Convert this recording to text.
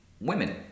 women